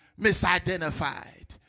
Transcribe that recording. misidentified